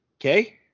okay